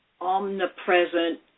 omnipresent